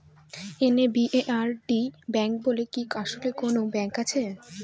NABARD bank বলে কি আসলেই কোনো ব্যাংক আছে?